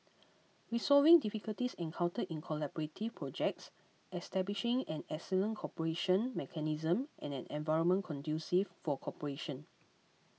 resolving difficulties encountered in collaborative projects establishing an excellent cooperation mechanism and an environment conducive for cooperation